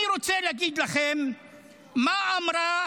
אני רוצה להגיד לכם מה אמרה